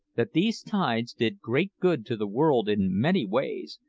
that these tides did great good to the world in many ways,